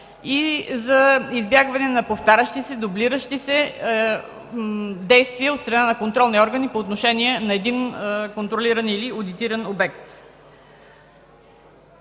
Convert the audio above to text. и за избягване на повтарящи, дублиращи се действия от страна на контролни органи по отношение на един контролиран или одитиран обект.